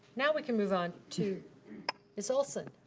now we can move on to ms. olson.